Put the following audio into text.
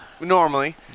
Normally